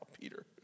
Peter